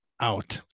out